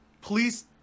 Please